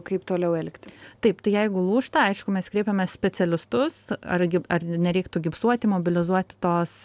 kaip toliau elgtis taip tai jeigu lūžta aišku mes kreipiamės specialistus ar gi ar nereiktų gipsuoti mobilizuoti tos